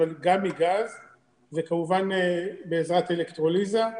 אבל גם מגז וכמובן בעזרת אלקטרוליזה.